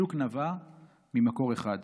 השיתוק נבע ממקור אחד,